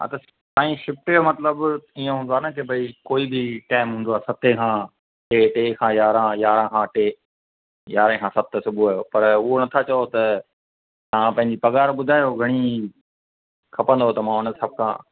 हा त साईं शिफ़्ट जो मतलबु इअं हूंदो आहे न की भई जल्दी टाइम हूंदो आहे सते खां टे टे खां यारहां यारहां खां टे यारहें खां सत सुबुह जो पर उहा नथा चयो त तव्हां पंहिंजी पघारु ॿुधायो घणी खपंदुव त मां हुन हिसाब सां